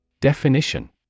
Definition